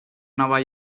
nova